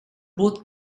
both